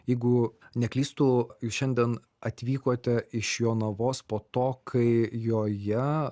jeigu neklystu jūs šiandien atvykote iš jonavos po to kai joje